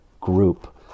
group